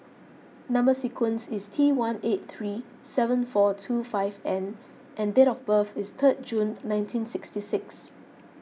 Number Sequence is T one eight three seven four two five N and date of birth is third June nineteen sixty six